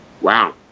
Wow